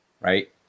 right